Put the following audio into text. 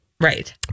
Right